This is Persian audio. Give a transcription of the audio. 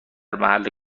محل